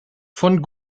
von